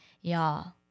y'all